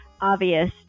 obvious